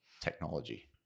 technology